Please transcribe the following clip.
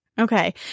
Okay